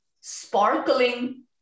sparkling